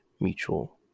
mutual